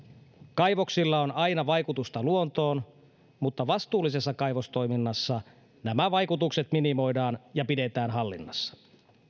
kaivoksilla on aina vaikutusta luontoon mutta vastuullisessa kaivostoiminnassa nämä vaikutukset minimoidaan ja pidetään hallinnassa